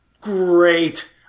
great